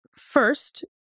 first